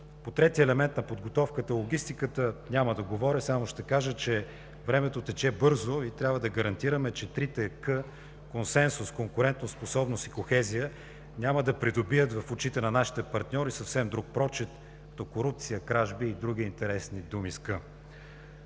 По третия елемент на подготовката – логистиката, няма да говоря. Само ще кажа, че времето тече бързо и трябва да гарантираме, че трите „к“ – консенсус, конкурентоспособност и кохезия, няма да придобият в очите на нашите партньори съвсем друг прочит, като корупция, кражби и други интересни думи с „к“.